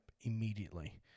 immediately